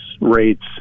rates